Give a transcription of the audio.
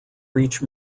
reach